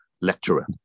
lecturer